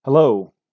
Hello